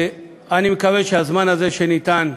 אני מקווה שהזמן הזה, שניתן,